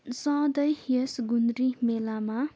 सधैँ यस गुन्द्री मेलामा